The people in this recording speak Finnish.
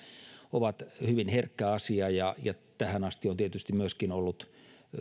ovat hyvin herkkä asia tähän asti on tietysti myöskin ollut